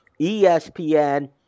ESPN